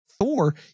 Thor